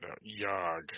Yog